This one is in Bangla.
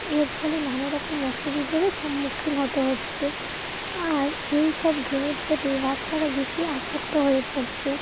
এর ফলে নানা রকম অসুবিধেরও সম্মুখীন হতে হচ্ছে আর এইসব গেমের প্রতি বাচ্চারা বেশি আসক্ত হয়ে পড়ছে